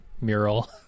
mural